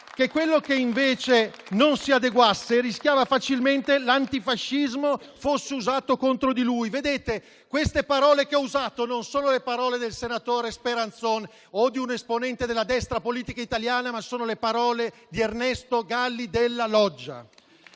che quello che invece non si adeguasse rischiava facilmente che l'antifascismo fosse usato contro di lui». Vedete, queste parole che ho usato non sono le parole del senatore Speranzon o di un esponente della destra politica italiana, ma di Ernesto Galli della Loggia.